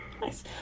nice